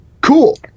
Cool